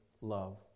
love